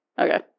Okay